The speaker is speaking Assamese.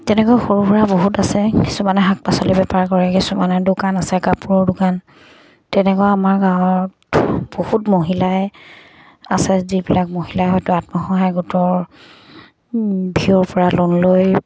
তেনেকৈ সৰু সুৰা বহুত আছে কিছুমানে শাক পাচলি বেপাৰ কৰে কিছুমানে দোকান আছে কাপোৰৰ দোকান তেনেকুৱা আমাৰ গাঁৱত বহুত মহিলাই আছে যিবিলাক মহিলাই হয়তো আত্মসহায়ক গোটৰ পৰা লোন লৈ